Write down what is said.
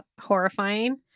horrifying